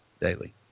daily